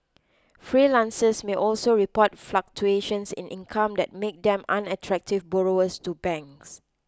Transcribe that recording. freelancers may also report fluctuations in income that make them unattractive borrowers to banks